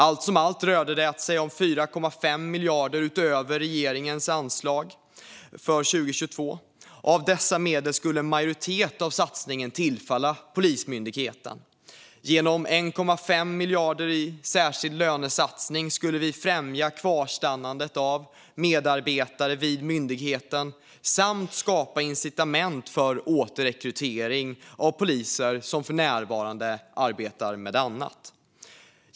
Allt som allt rörde det sig om 4,5 miljarder utöver regeringens anslag för 2022, och en majoritet av satsningen skulle tillfalla Polismyndigheten. Genom 1,5 miljarder i särskild lönesatsning skulle vi främja att medarbetare vill stanna kvar vid myndigheten samt skapa incitament för att återrekrytera poliser som för närvarande arbetar med annat.